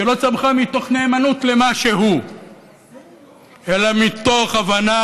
לא צמחה מתוך נאמנות למשהו אלא מתוך הבנה